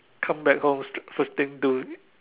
come back home first thing do